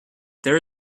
there